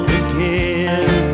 again